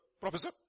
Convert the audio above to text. professor